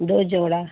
दो जोड़ा